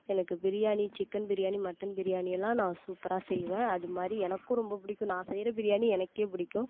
எனக்கு biryani chicken biryani mutton biryani எல்லாம் நான் சூப்பராக செய்வேன் அது மாதிரி எனக்கும் ரொம்ப புடிக்கும் நான் செய்கிற பிரியாணி எனக்கே பிடிக்கும்